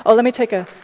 ah let me take a